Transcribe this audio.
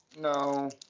No